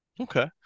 Okay